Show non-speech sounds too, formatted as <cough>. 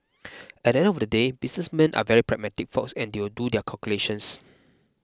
<noise> at the end of the day businessmen are very pragmatic folks and they'll do their calculations